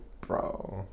Bro